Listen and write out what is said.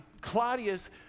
Claudius